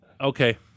okay